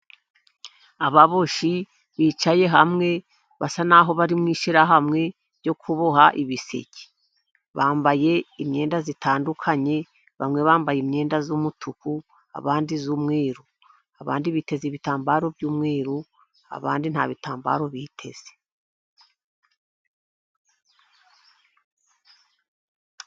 Ababoshyi bicaye hamwe, basa n'aho bari mu ishyirahamwe ryo kuboha ibiseke Bambaye imyenda itandukanye, bamwe bambaye imyenda y'umutuku, abandi iy'umweru. Abandi biteze ibitambaro by'umweru, abandi nta bitambaro biteze.